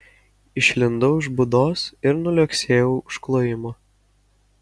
išlindau iš būdos ir nuliuoksėjau už klojimo